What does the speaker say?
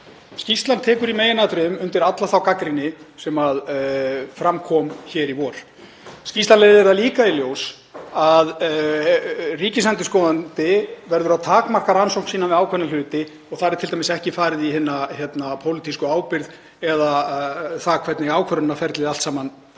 Skýrslan tekur í meginatriðum undir alla þá gagnrýni sem fram kom hér í vor. Skýrslan leiðir það líka í ljós að ríkisendurskoðandi verður að takmarka rannsókn sína við ákveðna hluti og þar er t.d. ekki farið í hina pólitísku ábyrgð eða það hvernig ákvörðunarferlið allt saman var.